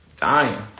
Dying